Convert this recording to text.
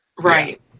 Right